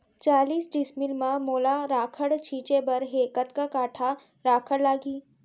चालीस डिसमिल म मोला राखड़ छिंचे बर हे कतका काठा राखड़ लागही?